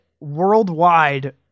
worldwide